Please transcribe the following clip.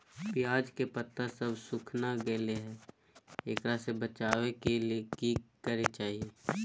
प्याज के पत्ता सब सुखना गेलै हैं, एकरा से बचाबे ले की करेके चाही?